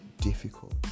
difficult